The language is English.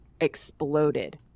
exploded